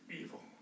evil